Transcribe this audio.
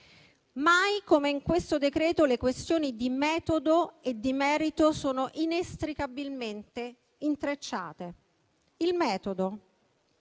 Mai come in questo decreto-legge le questioni di metodo e di merito sono inestricabilmente intrecciate. Il metodo